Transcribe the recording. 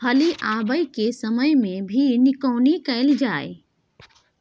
फली आबय के समय मे भी निकौनी कैल गाय?